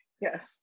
Yes